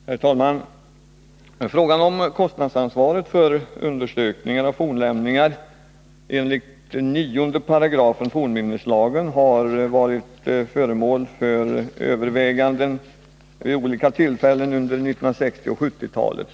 Herr talman! Frågan om kostnadsansvaret för undersökning av fornlämningar enligt 9 § fornminneslagen har varit föremål för överväganden vid olika tillfällen under 1960 och 1970-talen.